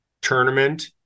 tournament